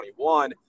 2021